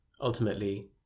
ultimately